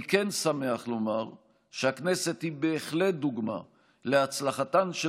אני שמח לומר שהכנסת היא בהחלט דוגמה להצלחתן של